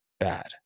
bad